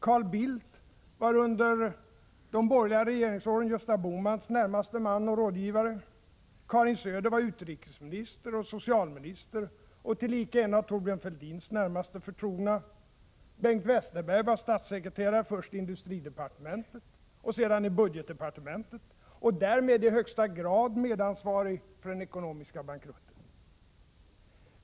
Carl Bildt var under de borgerliga regeringsåren Gösta Bohmans närmaste man och rådgivare. Karin Söder var utrikesminister och socialminister och tillika en av Thorbjörn Fälldins närmaste förtrogna. Och Bengt Westerberg var statssekreterare först i industridepartementet och därefter i budgetdepartementet, och därmed också i högsta grad medansvarig för den ekonomiska bankrutten.